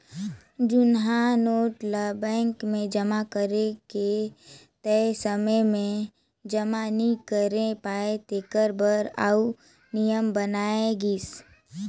जुनहा नोट ल बेंक मे जमा करे के तय समे में जमा नी करे पाए तेकर बर आउ नियम बनाय गिस